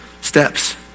steps